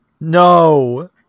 No